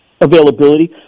availability